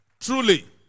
Truly